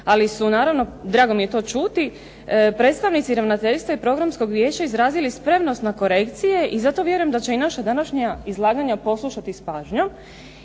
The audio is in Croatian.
ali su naravno, drago mi je to čuti predstavnici ravnateljstva i programskog vijeća izrazili spremnost na korekcije i zato vjerujem da će i naša današnja izlaganja poslušati s pažnjom.